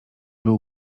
był